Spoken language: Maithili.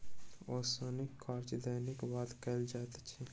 ओसौनीक काज दौनीक बाद कयल जाइत अछि